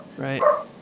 Right